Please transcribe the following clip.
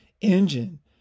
engine